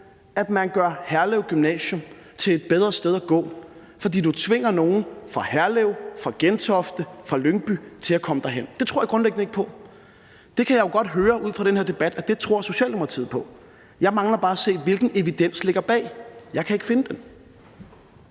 at man gør Herlev Gymnasium til et bedre sted at gå, fordi man tvinger nogen fra Herlev, fra Gentofte, fra Lyngby til at komme derhen. Det tror jeg grundlæggende ikke på. Det kan jeg jo godt høre ud fra den her debat at Socialdemokratiet tror på. Jeg mangler bare at se, hvilken evidens der ligger bag; jeg kan ikke finde den.